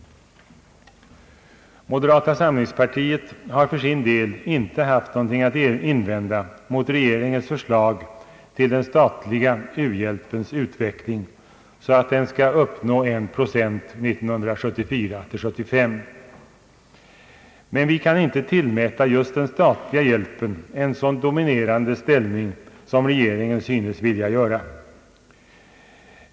Moderata samlingspartiet har för sin del inte haft något att invända mot regeringens förslag till den statliga u-hjälpens utveckling, så att den skall uppnå 1 procent 1974/75, men vi kan inte tillmäta just den statliga hjälpen en så dominerande ställning som regeringen synes vilja göra.